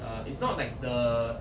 uh it's not like the